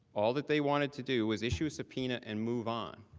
all that they wanted to do was issue a subpoena and move on.